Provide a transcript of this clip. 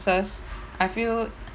I feel